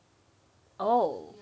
oh